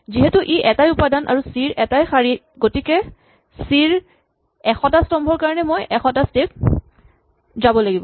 যিহেতু ই এটাই উপাদান আৰু চি ৰ এটাই শাৰী গতিকে চি ৰ এশটা স্তম্ভৰ কাৰণে মই এশটা স্টেপ যাব লাগিব